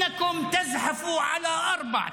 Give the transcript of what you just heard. אבל אתם זוחלים על ארבע,